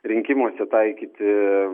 rinkimuose taikyti